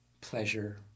pleasure